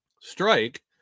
Strike